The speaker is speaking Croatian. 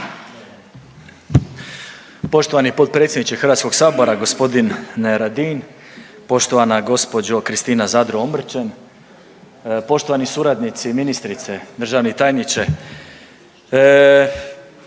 Poštovani potpredsjedniče HS-a g. Radin, poštovana gospođo Kristina Zadro Omrčen, poštovani suradnici ministrice, državni tajniče.